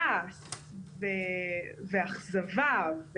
כעס ואכזבה,